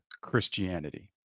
Christianity